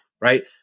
right